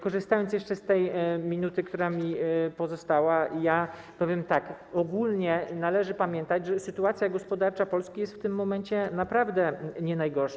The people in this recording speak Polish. Korzystając jeszcze z minuty, która mi pozostała, powiem tak: ogólnie należy pamiętać, że sytuacja gospodarcza Polski jest w tym momencie naprawdę nie najgorsza.